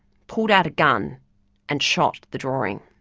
pulled out a gun and shot the drawing.